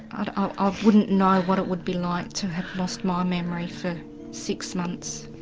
ah i ah wouldn't know what it would be like to have lost my memory for six months